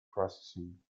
processing